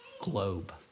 globe